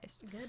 good